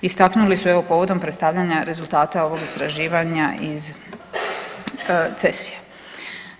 Istaknuli su evo povodom predstavljanja rezultata ovog istraživanja iz CESI-e.